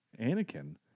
Anakin